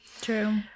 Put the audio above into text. true